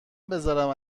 بذارم